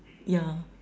yeah